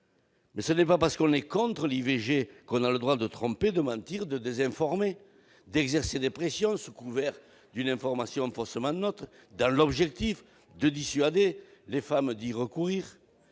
mais ce n'est pas parce que l'on est contre l'IVG que l'on a le droit de tromper, de mentir, de désinformer, d'exercer des pressions sous couvert d'une information faussement neutre, dans l'objectif de dissuader les femmes d'y recourir.